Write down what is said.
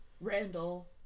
Randall